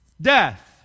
death